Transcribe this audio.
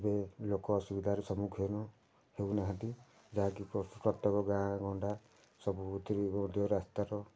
ଏବେ ଲୋକ ଅସୁବିଧାର ସମ୍ମୁଖୀନ ହେଉନାହାନ୍ତି ଯାହାକି ପ୍ରତ୍ୟେକ ଗାଁ ଗଣ୍ଡା ସବୁଠି ମଧ୍ୟ ରାସ୍ତାର